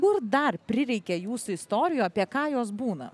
kur dar prireikia jūsų istorijų apie ką jos būna